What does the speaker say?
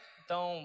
então